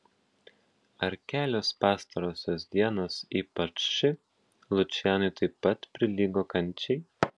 ar kelios pastarosios dienos ypač ši lučianui taip pat prilygo kančiai